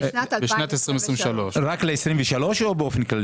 בשנת 2023. בשנת 2023. רק ל-2023 או באופן כללי?